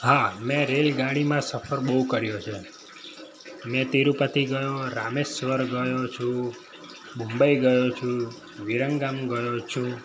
હા મેં રેલ ગાડીમાં સફર બહું કર્યો છે મેં તિરૂપતિ ગયો રામેશ્વર ગયો છું મુંબઈ ગયો છું વિરમગામ ગયો છું